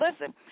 Listen